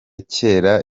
kera